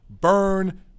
burn